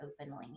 openly